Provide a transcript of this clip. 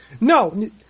No